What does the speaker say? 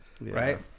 right